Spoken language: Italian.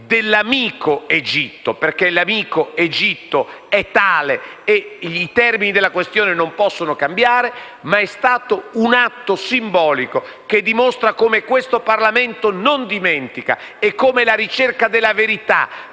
dell'amico Egitto, perché l'amico Egitto è tale e i termini della questione non possono cambiare. Si è trattato, però, di un atto simbolico che dimostra come questo Parlamento non dimentichi e come la ricerca della verità